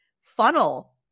funnel